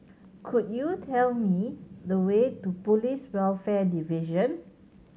could you tell me the way to Police Welfare Division